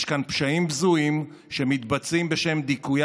יש כאן פשעים בזויים שמתבצעים בשם דיכויה